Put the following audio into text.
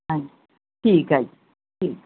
ਹਾਂਜੀ ਠੀਕ ਹੈ ਜੀ ਠੀਕ